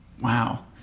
wow